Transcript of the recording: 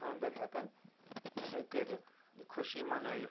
خاندَر ہٮ۪کَان کٔرِتھ خوشی مَنٲیِتھ